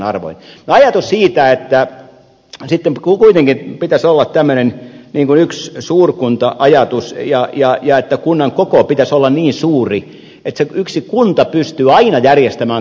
no ajatus siitä että sitten kuitenkin pitäisi olla tämmöinen yksi suurkunta ajatus ja että kunnan koon pitäisi olla niin suuri että se yksi kunta pystyy aina järjestämään kaikki palvelut